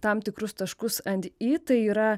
tam tikrus taškus ant i tai yra